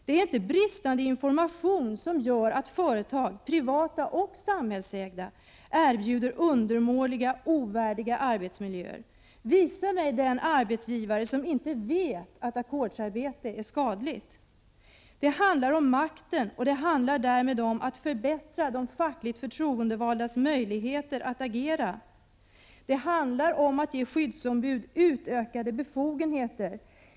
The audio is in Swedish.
Det är inte brist på information som gör att företag, privata och samhällsägda, erbjuder undermåliga och ovärdiga arbetsmiljöer. Visa mig den arbetsgivare som inte vet att ackordsarbete är skadligt. Det handlar om makten och därmed om att förbättra de fackligt förtroendevaldas möjligheter att agera. Det handlar om att ge skyddsombud ökade befogenheter.